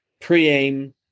pre-aim